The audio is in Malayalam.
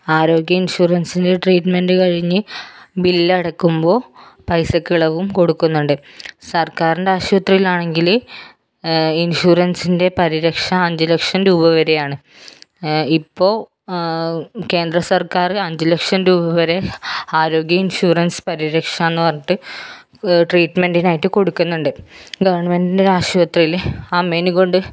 ആരോഗ്യ ഇൻഷൂറൻസിൻ്റെ ട്രീറ്റ്മെൻറ്റ് കഴിഞ്ഞ് ബില്ല് അടയ്ക്കുമ്പോൾ പൈസയ്ക്ക് ഇളവും കൊടുക്കുന്നുണ്ട് സർക്കാരിൻ്റെ ആശുപത്രിയാണെങ്കിൽ ഇൻഷൂറൻസിൻ്റെ പരിരക്ഷ അഞ്ച് ലക്ഷം രൂപ വരെയാണ് ഇപ്പോൾ കേന്ദ്രസർക്കാർ അഞ്ച് ലക്ഷം രൂപ വരെ ആരോഗ്യ ഇൻഷൂറൻസ് പരിരക്ഷ എന്ന് പറഞ്ഞിട്ട് ട്രീറ്റ്മെൻറ്റിനായിട്ട് കൊടുക്കുന്നുണ്ട് ഗവൺമെൻറ്റിൻ്റെ ആശുപത്രിയിൽ അമ്മേനേ കൊണ്ട്